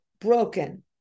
broken